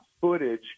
footage